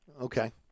Okay